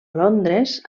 londres